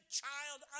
child